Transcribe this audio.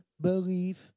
believe